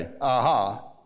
AHA